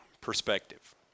perspective